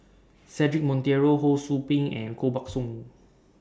Cedric Monteiro Ho SOU Ping and Koh Buck Song